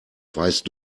weißt